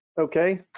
Okay